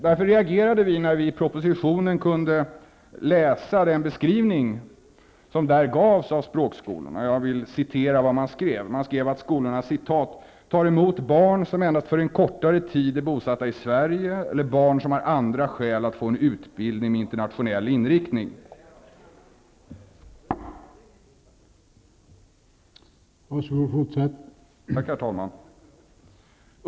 Därför reagerade vi när vi i propositionen kunde läsa den beskrivning som där gavs av språkskolorna. Man skrev att ''skolorna tar emot barn som endast för en kortare tid är bosatta i Sverige eller barn som har andra skäl att få en utbildning med internationell inriktning.